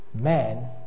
man